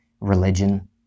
religion